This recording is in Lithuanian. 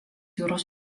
jūros